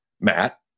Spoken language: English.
Matt